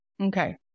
okay